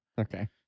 Okay